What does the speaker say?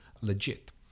legit